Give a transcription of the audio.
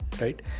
right